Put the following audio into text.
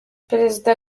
perezida